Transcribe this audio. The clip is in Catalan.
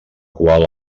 qual